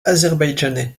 azerbaïdjanais